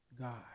God